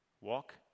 Walk